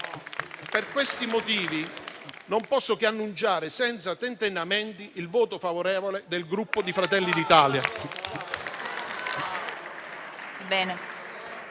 Per questi motivi, non posso che annunciare senza tentennamenti il voto favorevole del Gruppo Fratelli d'Italia.